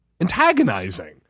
antagonizing